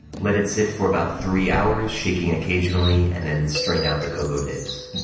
let it sit for about three hours, shaking occasionally, and then strain out the cocoa nibs.